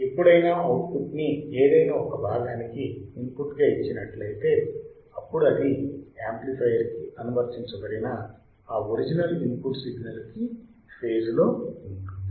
ఎప్పుడైనా output ని ఏదైనా ఒక భాగానికి ఇన్పుట్ గా ఇచ్చినట్లయితే అప్పుడు అది యాంప్లిఫైయర్ కి అనువర్తించబడిన ఆ ఒరిజినల్ ఇన్పుట్ సిగ్నల్ కి ఫేజ్ లో ఉంటుంది